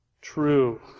True